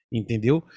entendeu